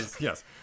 Yes